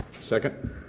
Second